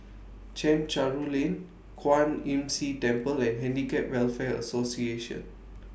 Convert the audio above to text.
Chencharu Lane Kwan Imm See Temple and Handicap Welfare Association